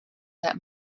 that